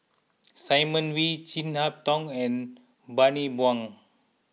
Simon Wee Chin Harn Tong and Bani Buang